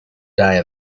die